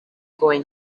going